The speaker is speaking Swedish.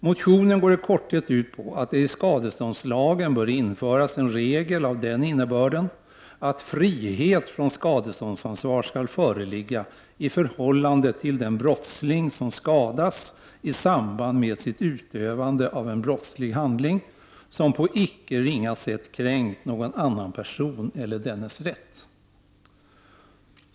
Motionen går i korthet ut på att det i skadeståndslagen bör införas en regel av den innebörden att frihet från skadeståndsansvar skall föreligga i förhållande till den brottsling som skadas i samband med sitt utövande av en brottslig handling, som på icke ringa sätt kränkt någon annan person eller dennes rätt.